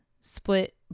split